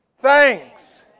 Thanks